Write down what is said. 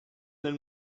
nel